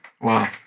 Wow